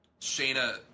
Shayna